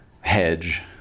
hedge